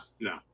No